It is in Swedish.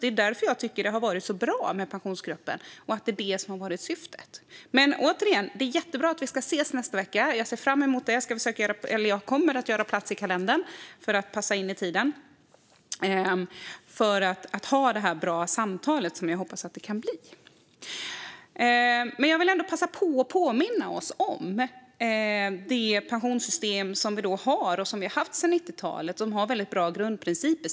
Det är därför jag tycker det har varit så bra med Pensionsgruppen och att detta har varit syftet. Men, återigen: Det är jättebra att vi ska ses i nästa vecka. Jag ser fram emot det och kommer att göra plats i kalendern och passa in det i tiden så att vi kan ha bra samtal, vilket jag hoppas att det ska bli. Jag vill passa på att påminna oss om det pensionssystem som vi har och har haft sedan 90-talet. Det har väldigt bra grundprinciper.